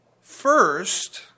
first